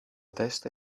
testa